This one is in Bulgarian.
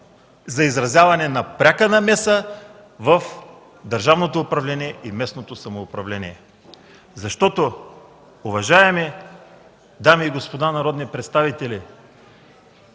за изразяване на пряка намеса в държавното управление и местното самоуправление. Защото, уважаеми дами и господа народни представители,